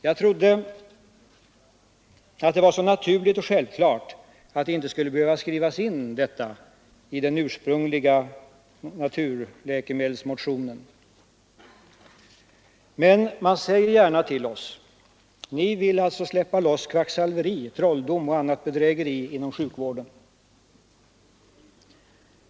Det trodde jag var så naturligt och självklart att det inte behövde skrivas in i den ursprungliga naturläkemedelsmotionen. Man säger gärna till oss: Ni vill alltså släppa loss kvacksalveri, trolldom och annat bedrägeri inom sjukvården.